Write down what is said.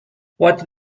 what